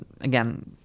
again